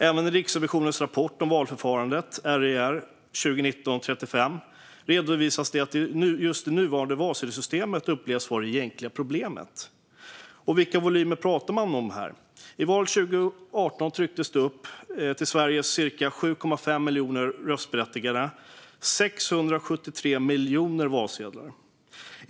Även i Riksrevisionens rapport om valförfarandet, RiR 2019:35, redovisar man att just det nuvarande valsedelssystemet upplevs vara det egentliga problemet. Vilka volymer pratar man då om här? Till Sveriges ca 7,5 miljoner röstberättigade i valet 2018 trycktes det upp 673 miljoner valsedlar.